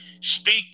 Speak